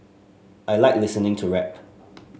I like listening to rap